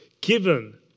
given